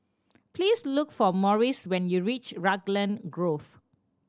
please look for Morris when you reach Raglan Grove